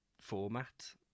format